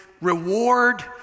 reward